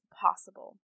possible